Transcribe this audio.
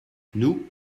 nous